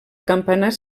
campanar